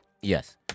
Yes